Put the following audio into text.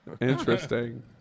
Interesting